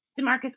DeMarcus